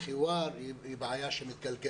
בית הספר חיוואר הוא בעיה שמתגלגלת